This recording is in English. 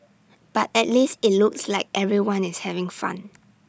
but at least IT looks like everyone is having fun